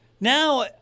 Now